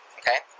okay